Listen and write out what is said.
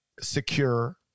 secure